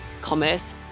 commerce